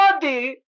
body